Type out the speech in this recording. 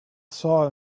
saw